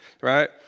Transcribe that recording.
right